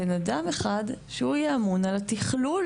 בן אדם אחד שהוא יהיה אמון על התכלול